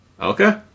Okay